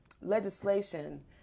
legislation